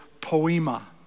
poema